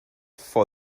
for